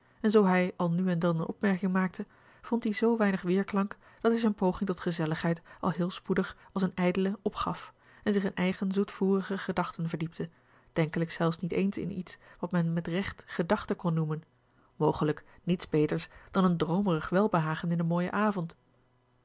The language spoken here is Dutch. en zoo hij al nu en dan eene opmerking maakte vond die zoo weinig weerklank dat hij zijne poging tot gezelligheid al heel spoedig als een ijdele opgaf en zich in eigen zoetvoerige gedachten verdiepte denkelijk zelfs niet eens in iets wat men met recht gedachten kon a l g bosboom-toussaint langs een omweg noemen mogelijk niets beters dan een droomerig welbehagen in den mooien avond